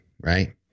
right